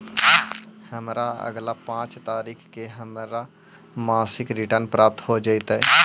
हमरा अगला पाँच तारीख के हमर मासिक रिटर्न प्राप्त हो जातइ